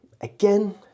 Again